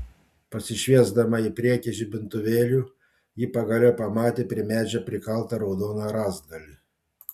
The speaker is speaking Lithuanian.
pasišviesdama į priekį žibintuvėliu ji pagaliau pamatė prie medžio prikaltą raudoną rąstgalį